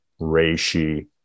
reishi